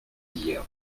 d’hier